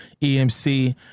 EMC